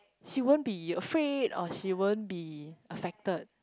she won't be afraid or she won't be affected